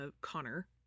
Connor